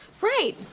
Right